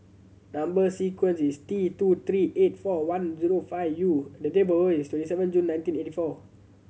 number sequence is T two three eight four one zero five U and the date is seven June nineteen eighty four